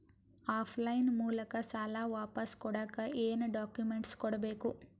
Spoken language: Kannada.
ಆಫ್ ಲೈನ್ ಮೂಲಕ ಸಾಲ ವಾಪಸ್ ಕೊಡಕ್ ಏನು ಡಾಕ್ಯೂಮೆಂಟ್ಸ್ ಕೊಡಬೇಕು?